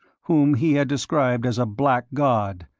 whom he had described as a black god,